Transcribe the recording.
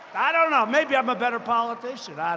i don't know, maybe i'm a better politician. i